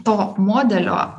to modelio